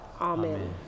Amen